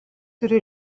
turi